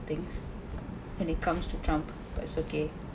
things when it comes to trump but it's okay